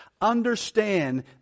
understand